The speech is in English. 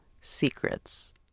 secrets